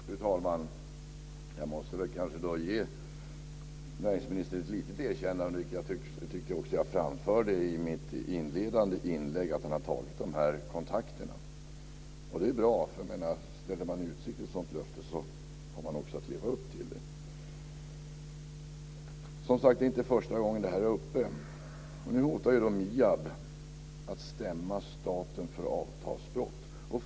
Fru talman! Jag måste kanske ge näringsministern ett litet erkännande, vilket jag också tyckte att jag gjorde i mitt inledande inlägg, för att han tagit dessa kontakter. Det är bra. Ställer man i utsikt ett sådant löfte har man också att leva upp till det. Det här är som sagt inte första gången detta är uppe. Nu hotar MIAB att stämma staten för avtalsbrott.